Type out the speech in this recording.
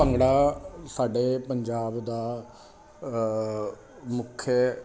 ਭੰਗੜਾ ਸਾਡੇ ਪੰਜਾਬ ਦਾ ਮੁੱਖ